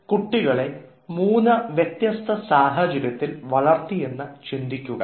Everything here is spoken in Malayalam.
കുട്ടികളെ മൂന്ന് വ്യത്യസ്ത സാഹചര്യത്തിൽ വളർത്തി എന്ന് ചിന്തിക്കുക